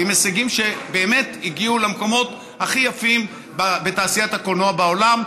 עם הישגים שבאמת הגיעו למקומות הכי יפים בתעשיית הקולנוע בעולם,